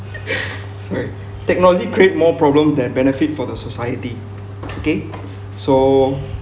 sorry technology create more problems than benefit for the society okay so